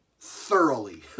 thoroughly